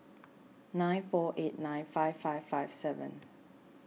nine four eight nine five five five seven